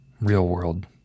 real-world